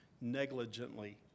negligently